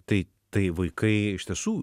tai tai vaikai iš tiesų